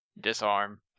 Disarm